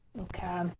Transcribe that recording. Okay